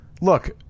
Look